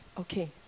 Okay